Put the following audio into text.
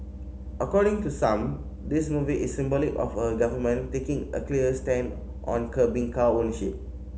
according to some this movie is symbolic of a government taking a clear stand on curbing car ownership